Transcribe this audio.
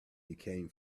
became